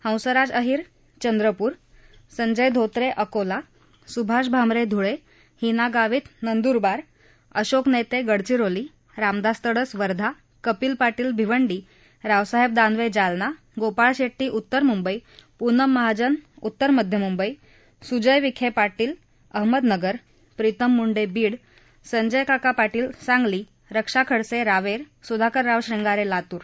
हंसराज अहिर चंद्रपूर संजय धोत्रे अकोला सुभाष भामरे धुळे हीना गावित नंद्रबार अशोक नेते गडचिरोली रामदास तडस वर्धा कपिल पाटील भिवंडी रावसाहेब दानवे जालना गोपाळ शेट्टी उत्तर म्ंबई पूनम महाजन उत्तर मध्य म्ंबई स्जय विखे पाटील अहमदनगर प्रीतम म्ंडे बीड संजयकाका पाटील सांगलीरक्षा खडसे रावेर सुधाकरराव शृंगारे लातूर